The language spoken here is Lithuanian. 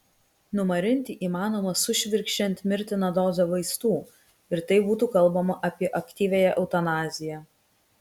numarinti įmanoma sušvirkščiant mirtiną dozę vaistų ir tai būtų kalbama apie aktyviąją eutanaziją